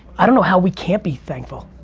i don't know how we can't be thankful.